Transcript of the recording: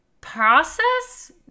process